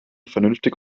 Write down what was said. vernünftig